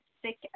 sick